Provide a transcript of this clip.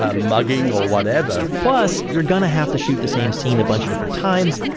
ah mugging or whatever plus you're going to have to shoot the same scene a bunch of different times,